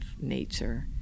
nature